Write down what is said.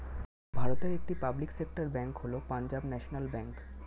ভারতের একটি public sector bank হল পাঞ্জাব ন্যাশনাল ব্যাঙ্ক